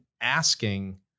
asking